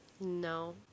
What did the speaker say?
No